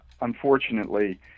unfortunately